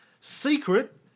secret